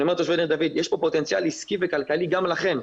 אני אומר לתושבי ניר דוד שיש כאן פוטנציאל עסקי וכלכלי גם לכם.